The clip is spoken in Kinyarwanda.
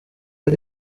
uri